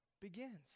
begins